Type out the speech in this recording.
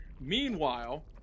Meanwhile